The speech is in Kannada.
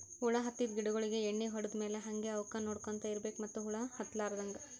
ಹುಳ ಹತ್ತಿದ್ ಗಿಡಗೋಳಿಗ್ ಎಣ್ಣಿ ಹೊಡದ್ ಮ್ಯಾಲ್ ಹಂಗೆ ಅವಕ್ಕ್ ನೋಡ್ಕೊಂತ್ ಇರ್ಬೆಕ್ ಮತ್ತ್ ಹುಳ ಹತ್ತಲಾರದಂಗ್